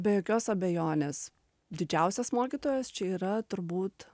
be jokios abejonės didžiausias mokytojas čia yra turbūt